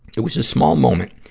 it was a small moment,